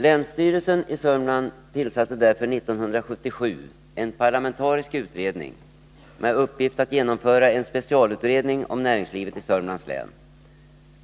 Länsstyrelsen i Södermanland tillsatte därför 1977 en parlamentarisk utredning med uppgift att genomföra en specialutredning om näringslivet i Södermanlands län.